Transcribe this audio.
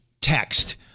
Text